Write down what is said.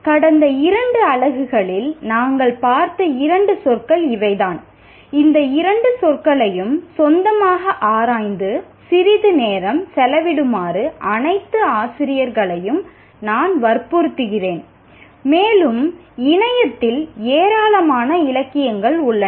கடந்த இரண்டு அலகுகளில் நாம் பார்த்த இரண்டு சொற்கள் இவைதான் இந்த இரண்டு சொற்களையும் சொந்தமாக ஆராய்ந்து சிறிது நேரம் செலவிடுமாறு அனைத்து ஆசிரியர்களையும் நான் வற்புறுத்துகிறேன் மேலும் இணையத்தில் ஏராளமான இலக்கியங்கள் உள்ளன